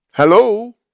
Hello